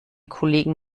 kollegen